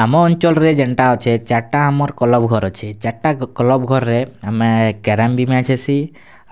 ଆମ ଅଞ୍ଚଲ୍ ରେ ଯେନ୍ତା ଅଛେ ଚାର୍ଟା ଆମର୍ କ୍ଲବ୍ ଘର୍ ଅଛେ ଚାର୍ଟା କ୍ଲବ୍ ଘର୍ ରେ ଆମେ କ୍ୟାରେମ୍ ବି ମ୍ୟାଚ୍ ହେସି